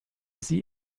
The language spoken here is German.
sie